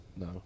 No